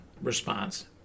response